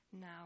now